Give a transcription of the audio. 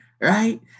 Right